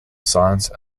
science